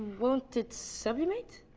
won't it sublimate?